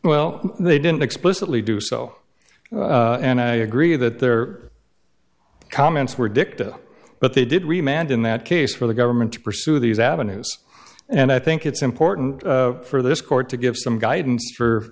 well they didn't explicitly do so and i agree that their comments were dicta but they did remained in that case for the government to pursue these avenues and i think it's important for this court to give some guidance for